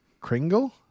Kringle